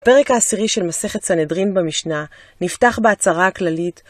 פרק העשירי של מסכת סנדרין במשנה נפתח בהצהרה הכללית.